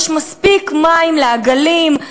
יש מספיק מים לעגלים,